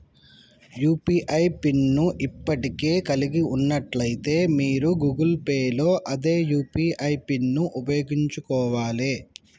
UPI pin ను ఇప్పటికే కలిగి ఉన్నట్లయితే మీరు గూగుల్ పే లో అదే యూ.పీ.ఐ పిన్ను ఉపయోగించుకోవాలే